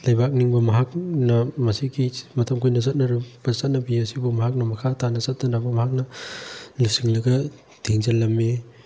ꯂꯩꯕꯥꯛ ꯅꯤꯡꯕ ꯃꯍꯥꯛꯅ ꯃꯁꯤꯒꯤ ꯃꯇꯝ ꯀꯨꯏꯅ ꯆꯠꯅꯔꯕ ꯆꯠꯅꯕꯤ ꯑꯁꯤꯕꯨ ꯃꯍꯥꯛꯅ ꯃꯈꯥ ꯇꯥꯅ ꯆꯠꯇꯅꯕ ꯃꯍꯥꯛꯅ ꯂꯩꯆꯤꯡꯂꯒ ꯊꯤꯡꯖꯤꯜꯂꯝꯃꯤ